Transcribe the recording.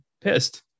pissed